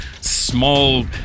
small